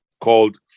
called